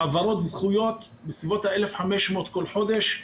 העברות זכויות בסביבות ה-1,500 כל חודש בממוצע,